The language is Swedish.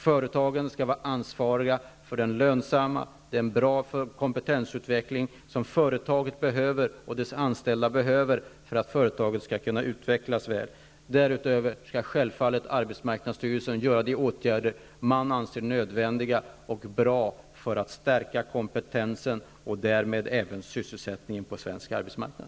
Företagen skall vara ansvariga för den lönsamma och goda kompetensutveckling som företaget och dess anställda behöver för att företaget skall kunna utvecklas väl. Därutöver skall självfallet arbetsmarknadsstyrelsen vidta de åtgärder man anser nödvändiga och bra för att stärka kompetensen och därmed även sysselsättningen på svensk arbetsmarknad.